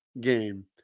game